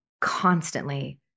constantly